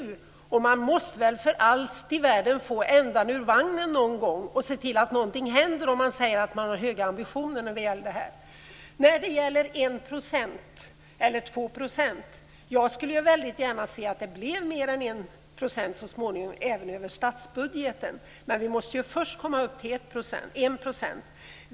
Och man måste väl för allt i världen få ändan ur vagnen någon gång och se till att det händer någonting, i synnerhet som man säger att man har höga ambitioner. När det gäller frågan om 1 % eller 2 % skulle jag väldigt gärna se att det så småningom blev 2 % även över statsbudgeten. Men man måste först komma upp till 1 %.